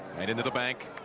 and in the the bank.